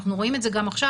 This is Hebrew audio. אנחנו רואים את זה גם עכשיו,